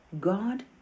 God